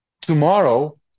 tomorrow